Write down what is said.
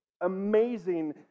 amazing